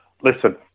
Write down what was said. Listen